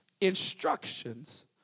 instructions